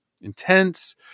intense